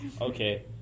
Okay